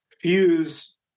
fuse